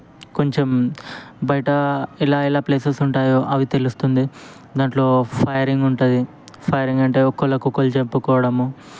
కొంచెం బయట ఇలా ఇలా ప్లేసెస్ ఉంటాయో అవి తెలుస్తుంది దాంట్లో ఫైరింగ్ ఉంటుంది ఫైరింగ్ అంటే ఒకళకొకళ్ళు చంపుకోవడము